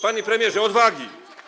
Panie premierze, odwagi!